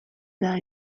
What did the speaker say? that